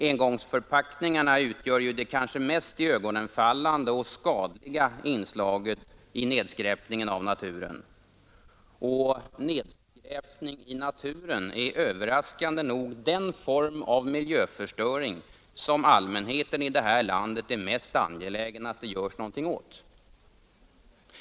Engångsförpackningarna utgör det kanske mest iögonenfallande och skadliga inslaget i nedskräpningen av naturen. Och nedskräpning i naturen är överraskande nog den form av miljöförstöring som allmänheten här i landet är mest angelägen om att det görs något åt.